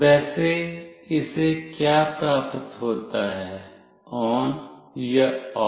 वैसे इसे क्या प्राप्त होता है ON या OFF